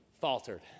faltered